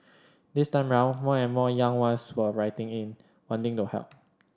this time round more and more young ones were writing in wanting to help